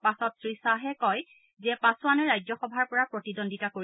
পাছত শ্ৰীখাহে কয় যে পাছোৱানে ৰাজ্যসভাৰ পৰা প্ৰতিদ্বন্দ্বীতা কৰিব